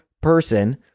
person